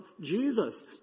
Jesus